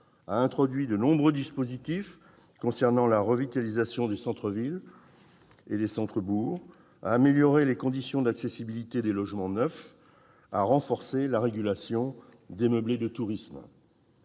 a introduit de nombreux dispositifs concernant la revitalisation des centres-villes et des centres-bourgs, a amélioré les conditions d'accessibilité des logements neufs, a renforcé la régulation des meublés de tourisme.